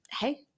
Hey